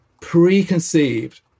preconceived